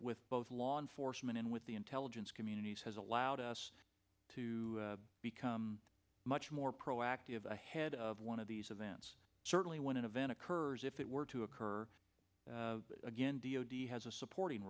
with both law enforcement and with the intelligence communities has allowed us to become much more proactive ahead of one of these events certainly when an event occurs if it were to occur again d o d has a supporting